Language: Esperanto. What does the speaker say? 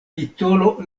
titolo